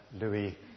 Louis